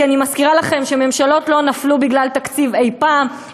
כי אני מזכירה לכם שממשלות לא נפלו בגלל תקציב אי-פעם,